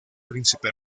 príncipe